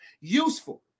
Useful